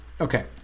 Okay